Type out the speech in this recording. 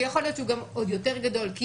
ויכול להיות שהוא עוד יותר גדול כי,